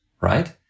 right